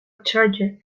charger